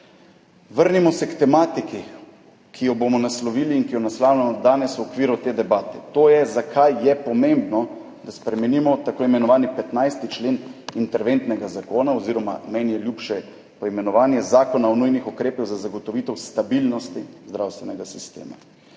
Vrnimo se k tematiki, ki jo bomo naslovili in ki jo naslavljamo danes v okviru te debate, to je, zakaj je pomembno, da spremenimo tako imenovani 15. člen interventnega zakona oziroma meni je ljubše poimenovanje Zakona o nujnih ukrepih za zagotovitev stabilnosti zdravstvenega sistema.